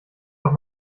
doch